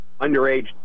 underage